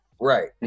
right